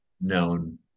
known